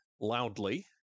loudly